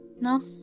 No